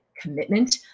commitment